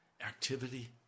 activity